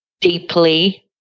deeply